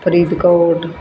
Faridkot